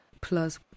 Plus